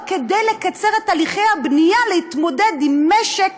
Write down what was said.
כדי לקצר את הליכי הבנייה ולהתמודד עם משק